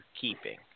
keeping